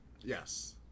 Yes